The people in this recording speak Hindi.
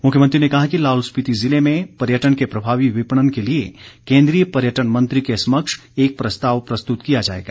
मुख्यमंत्री ने कहा कि लाहौल स्पीति ज़िले में पर्यटन के प्रभावी विपणन के लिए केन्द्रीय पर्यटन मंत्री के समक्ष एक प्रस्ताव प्रस्तुत किया जाएगा